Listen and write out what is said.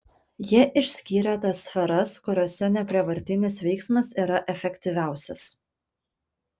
jie išskyrė tas sferas kuriose neprievartinis veiksmas yra efektyviausias